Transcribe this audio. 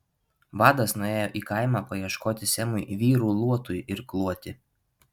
vadas nuėjo į kaimą paieškoti semui vyrų luotui irkluoti